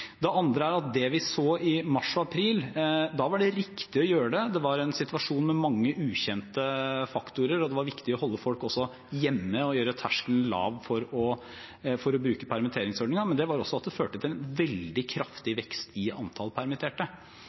Det andre er det vi så i mars/april. Da var det riktig å gjøre det. Det var en situasjon med mange ukjente faktorer, og det var viktig også å holde folk hjemme og gjøre terskelen lav for å bruke permitteringsordningen. Men det førte også til en veldig kraftig vekst i antall permitterte.